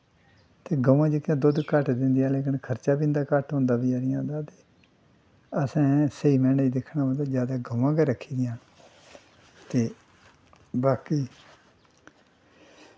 गवां जेह्कियां दुद्ध घट्ट दिंदियां लकिन खर्चा बी इं'दा घट्ट होंदा बेचारियें दा असें स्हेई माइनें च दिक्खेआ जा ते गवां गै रक्खी दियां न ते बाकी